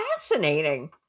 Fascinating